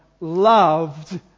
loved